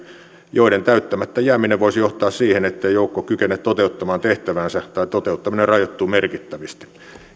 joiden täyttämättä jääminen voisi johtaa siihen ettei joukko kykene toteuttamaan tehtäväänsä tai toteuttaminen rajoittuu merkittävästi